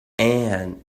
ann